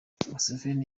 museveni